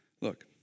Look